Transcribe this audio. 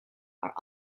are